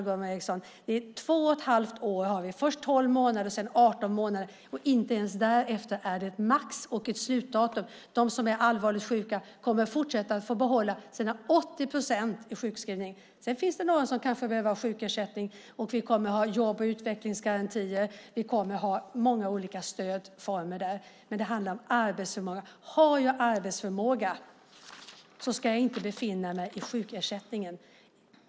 Det är två och ett halvt år, först tolv månader och sedan arton månader, och inte ens därefter är det slut. De som är allvarligt sjuka kommer att få behålla sina 80 procent i sjukpenning. Sedan finns det några som kanske behöver ha sjukersättning. Vi kommer också att ha jobb och utvecklingsgarantier och många olika stödformer där. Men det handlar om arbetsförmåga. Har jag arbetsförmåga ska jag inte ha sjukersättning.